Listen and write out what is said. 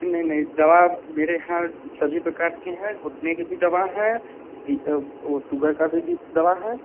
नहीं नहीं दवा मेरे यहाँ सभी प्रकार की हैं घुटने की भी दवा है वह सुगर की भी दवा है